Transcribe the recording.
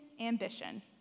ambition